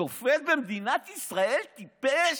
שופט במדינת ישראל טיפש.